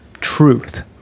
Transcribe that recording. truth